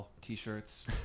t-shirts